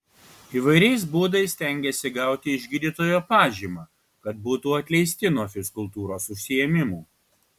įvairiais būdais stengiasi gauti iš gydytojo pažymą kad būtų atleisti nuo fizkultūros užsiėmimų